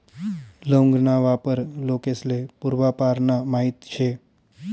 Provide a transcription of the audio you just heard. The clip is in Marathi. लौंग ना वापर लोकेस्ले पूर्वापारना माहित शे